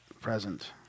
present